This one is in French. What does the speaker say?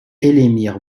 elémir